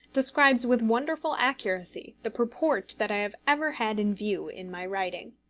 describes with wonderful accuracy the purport that i have ever had in view in my writing.